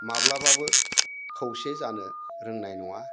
माब्लाबाबो खौसे जानो रोंनाय नङा